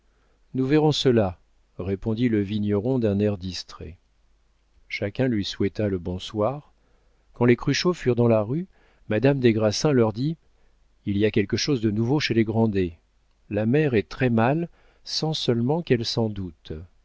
nous verrons cela répondit le vigneron d'un air distrait chacun lui souhaita le bonsoir quand les cruchot furent dans la rue madame des grassins leur dit il y a quelque chose de nouveau chez les grandet la mère est très-mal sans seulement qu'elle s'en doute